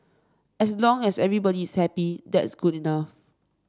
as long as everybody is happy that's good enough